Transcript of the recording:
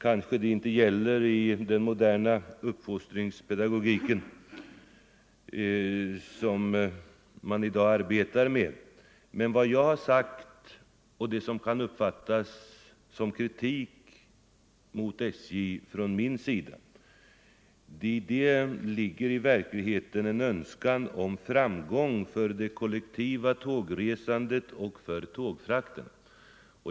Kanske det inte gäller i den moderna uppfostringspedagogik som man i dag arbetar med, men jag menar att i det som jag har sagt — som kan uppfattas som kritik mot SJ — ligger en verklig önskan om framgång för det kollektiva tågresandet och för tågfrakten.